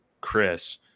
Chris